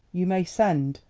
you may send,